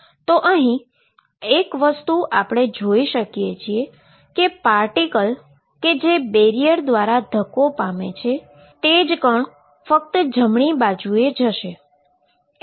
તો અહીં એક વસ્તુ આપણે જોઈ શકીએ છીએ કે પાર્ટીકલ કે જે બેરીઅર દ્વારા ધક્કો પામે છે તે જ કણ ફક્ત જમણી બાજુએ જશે